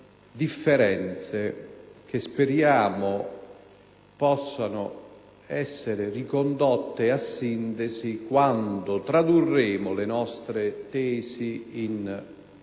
di opinione che speriamo possano essere ricondotte a sintesi quando tradurremo le nostre tesi in